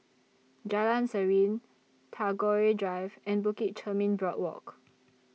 Jalan Serene Tagore Drive and Bukit Chermin Boardwalk